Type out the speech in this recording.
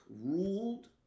ruled